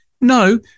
no